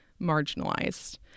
marginalized